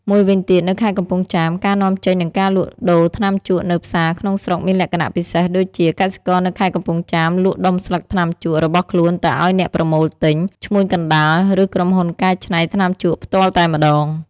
មួយវិញទៀតនៅខេត្តកំពង់ចាម ការនាំចេញនិងការលក់ដូរថ្នាំជក់នៅផ្សារក្នុងស្រុកមានលក្ខណៈពិសេសដូចជា កសិករនៅខេត្តកំពង់ចាមលក់ដុំស្លឹកថ្នាំជក់របស់ខ្លួនទៅឱ្យអ្នកប្រមូលទិញ ឈ្មួញកណ្ដាល ឬក្រុមហ៊ុនកែច្នៃថ្នាំជក់ផ្ទាល់តែម្ដង។